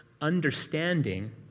Understanding